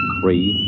three